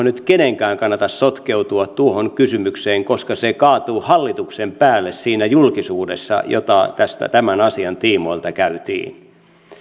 nyt kenenkään kannata sotkeutua tuohon kysymykseen koska se kaatuu hallituksen päälle siinä julkisuudessa jota tämän asian tiimoilta käytiin